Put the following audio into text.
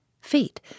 Fate